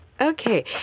Okay